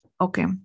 Okay